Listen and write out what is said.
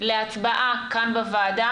להצבעה כאן בוועדה,